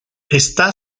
está